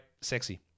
sexy